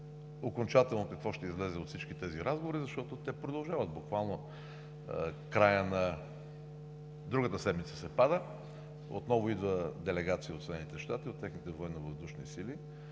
окончателно какво ще излезе от всички тези разговори, защото те продължават. Буквално в края на другата седмица се пада – отново идва делегация от Съединените щати,